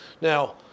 Now